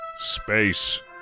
Space